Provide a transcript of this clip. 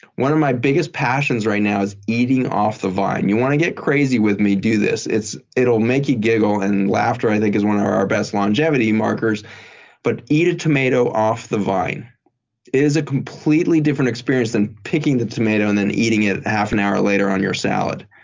one of my biggest passions right now is eating off the vine. you want to get crazy with me, do this. it'll make you giggle and laughter i think is one of our best longevity markers but eat a tomato off the vine. it is a completely different experience than picking the tomato and then eating it half an hour later on your salad.